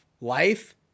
life